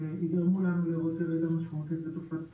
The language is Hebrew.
יגרמו לנו לראות ירידה משמעותית בתופעת ספסור,